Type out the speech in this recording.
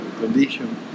condition